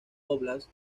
óblast